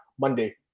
Monday